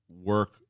work